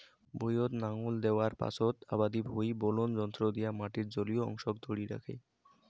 ভুঁইয়ত নাঙল দ্যাওয়ার পাচোত আবাদি ভুঁই বেলন যন্ত্র দিয়া মাটির জলীয় অংশক ধরি রাখে